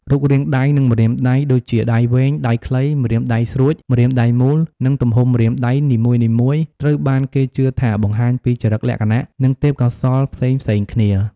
រូបរាងដៃ និងម្រាមដៃ ដូចជាដៃវែង ដៃខ្លី ម្រាមដៃស្រួច ម្រាមដៃមូល និងទំហំម្រាមដៃនីមួយៗ ត្រូវបានគេជឿថាបង្ហាញពីចរិតលក្ខណៈ និងទេពកោសល្យផ្សេងៗគ្នា។